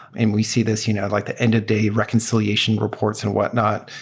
and we see this you know like the end of day reconciliation reports and whatnot.